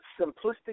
simplistic